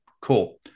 cool